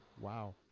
Wow